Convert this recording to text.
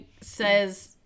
says